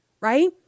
right